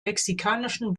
mexikanischen